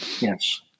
Yes